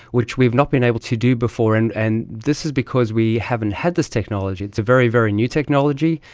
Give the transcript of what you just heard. which we have not been able to do before, and and this is because we haven't had this technology. it's a very, very new technology,